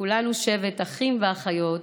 כולנו שבט אחים ואחיות,